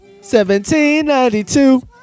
1792